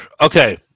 Okay